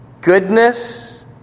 goodness